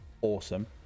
awesome